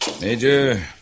Major